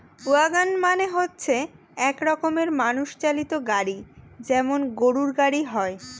wagon মানে হচ্ছে এক রকমের মানুষ চালিত গাড়ি যেমন গরুর গাড়ি হয়